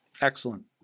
Excellent